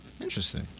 Interesting